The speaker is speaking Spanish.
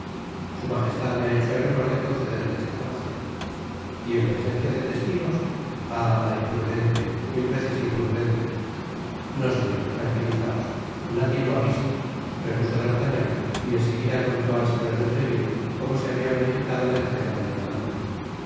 su majestad me ha hecho el honor de concederme esta gracia y en presencia de testigos ah la imprudente mil veces imprudente no señor tranquilizaos nadie lo ha visto repuso d'artagnan y en seguida contó al señor de treville como se habia verificado la entrega del diamante